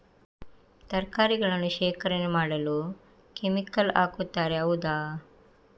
ತರಕಾರಿಗಳನ್ನು ಶೇಖರಣೆ ಮಾಡಲು ಕೆಮಿಕಲ್ ಹಾಕುತಾರೆ ಹೌದ?